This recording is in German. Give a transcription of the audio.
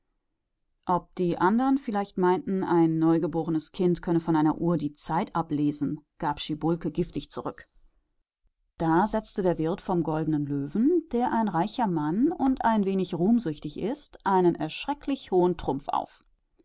ob die andern vielleicht meinten ein neugeborenes kind könne von einer uhr die zeit ablesen gab schiebulke giftig zurück da setzte der wirt vom goldenen löwen der ein reicher mann und ein wenig ruhmsüchtig ist einen erschrecklich hohen trumpf auf